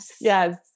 Yes